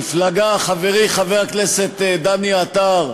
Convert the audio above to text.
מפלגה, חברי חבר הכנסת דני עטר,